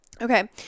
Okay